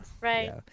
Right